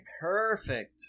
perfect